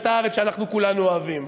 אותה ארץ שאנחנו כולנו אוהבים.